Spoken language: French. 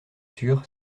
sûr